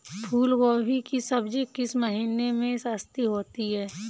फूल गोभी की सब्जी किस महीने में सस्ती होती है?